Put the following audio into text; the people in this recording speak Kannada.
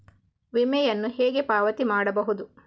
ವಿಮೆಯನ್ನು ಹೇಗೆ ಪಾವತಿ ಮಾಡಬಹುದು?